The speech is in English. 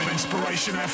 Inspiration